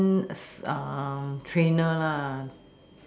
trainer lah